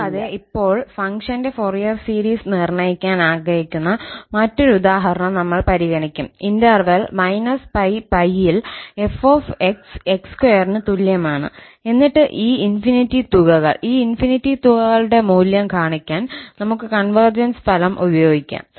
കൂടാതെ ഇപ്പോൾ ഫംഗ്ഷന്റെ ഫോറിയർ സീരീസ് നിർണ്ണയിക്കാൻ ആഗ്രഹിക്കുന്ന മറ്റൊരു ഉദാഹരണം ഞങ്ങൾ പരിഗണിക്കും ഇന്റർവെൽ −𝜋 𝜋 യിൽ 𝑓𝑥 𝑥2 ന് തുല്യമാണ് എന്നിട്ട് ഈ അനന്തമായ തുകകൾ ഈ അനന്തമായ തുകകളുടെ മൂല്യം കാണിക്കാൻ നമുക്ക് കൺവെർജൻസ് ഫലം ഉപയോഗിക്കാം